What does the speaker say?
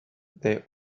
they